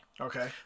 Okay